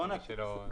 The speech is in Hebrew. נכון.